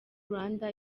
rwanda